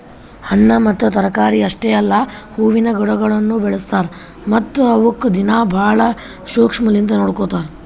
ಹಣ್ಣ ಮತ್ತ ತರಕಾರಿ ಅಷ್ಟೆ ಅಲ್ಲಾ ಹೂವಿನ ಗಿಡಗೊಳನು ಬೆಳಸ್ತಾರ್ ಮತ್ತ ಅವುಕ್ ದಿನ್ನಾ ಭಾಳ ಶುಕ್ಷ್ಮಲಿಂತ್ ನೋಡ್ಕೋತಾರ್